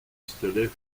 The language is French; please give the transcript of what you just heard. pistolets